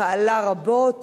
פעלה רבות